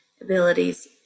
abilities